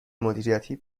مدیریتی